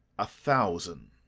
a thousand.